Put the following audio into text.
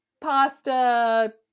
pasta